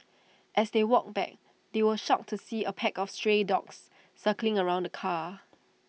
as they walked back they were shocked to see A pack of stray dogs circling around the car